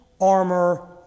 armor